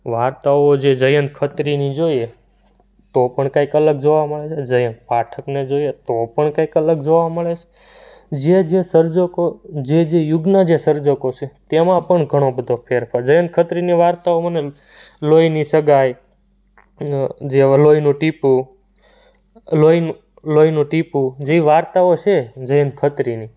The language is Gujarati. વાર્તાઓ જે જયંત ખત્રીની જોઈએ તો પણ કાંઈક અલગ જોવા મળે છે જયંત પાઠકને જોઈએ તો પણ કંઈક અલગ જોવા મળે છે જે જે સર્જકો જે જે યુગના જે સર્જકો છે તેમાં પણ ઘણો બધો ફેરફાર જયંત ખત્રીની વાર્તાઓ મને લોહીની સગાઈ જેવું લોહીનું ટીપું લોહી લોહીનું ટીપું જે વાર્તાઓ છે જયંત ખત્રીની